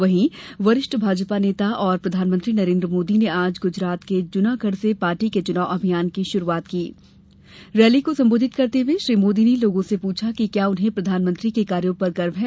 वही वरिष्ठ भाजपा नेता और प्रधानमंत्री नरेन्द्र मोदी ने आज गुजरात मे जूनागढ़ से पार्टी के चुनाव अभियान की शुरूआत की रैली को संबोधित करते हए श्री मोदी ने लोगों से पुछा कि क्या उन्हें प्रधानमंत्री के कार्यों पर गर्व है